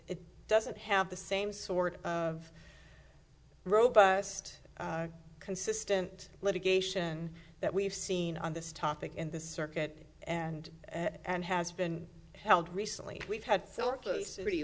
it doesn't have the same sort of robust consistent litigation that we've seen on this topic in the circuit and and has been held recently we've had